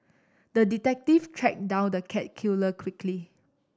the detective tracked down the cat killer quickly